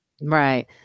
Right